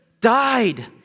died